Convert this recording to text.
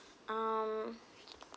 um